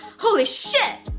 holy shit,